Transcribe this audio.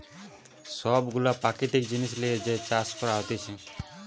সব গুলা প্রাকৃতিক জিনিস লিয়ে যে চাষ করা হতিছে